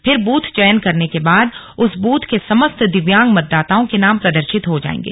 फिर बूथ चयन करने के बाद उस बूथ के समस्त दिव्यांग मतदाताओं के नाम प्रदर्शित हो जाएगे